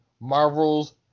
Marvel's